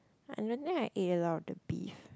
I don't think I ate a lot of the beef